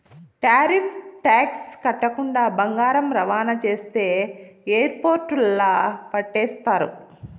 tariff tax కట్టకుండా బంగారం రవాణా చేస్తే ఎయిర్పోర్టుల్ల పట్టేస్తారు